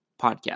podcast